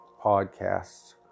podcasts